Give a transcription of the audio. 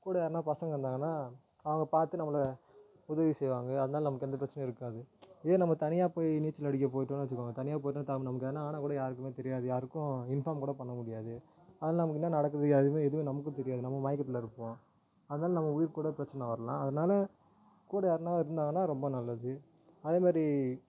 கூட யாருன்னா பசங்க இருந்தாங்கன்னா அவங்க பார்த்து நம்மளை உதவி செய்வாங்க அதனால் நமக்கு எந்த பிரச்சனையும் இருக்காது இதே நம்ம தனியாக போய் நீச்சல் அடிக்க போயிட்டோம்னு வச்சுக்கோங்க தனியாக போயிட்டோம் தம் நமக்கு எதன்னா ஆனா கூட யாருக்குமே தெரியாது யாருக்கும் இன்ஃபார்ம் கூட பண்ண முடியாது அது நமக்கு என்ன நடக்குது எதுவுமே எதுவுமே நமக்கும் தெரியாது நம்ம மயக்கத்தில் இருப்போம் அதனால் நம்ம உயிர்க்கூட பிரச்சின வரலாம் அதனால கூட யாருன்னா இருந்தாங்கன்னா ரொம்ப நல்லது அதே மாதிரி